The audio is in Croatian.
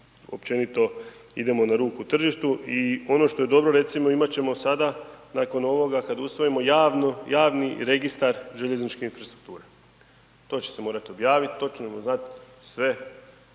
općenito idemo na ruku tržištu i ono što je dobro recimo, imat ćemo sada nakon ovoga kad usvojimo, javni registar željezničke infrastrukture. To će se morat objavit, to ćemo znat sve